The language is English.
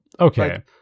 Okay